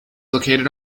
located